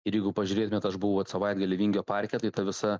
ir jeigu pažiūrėtumėt aš buvau vat savaitgalį vingio parke tai ta visa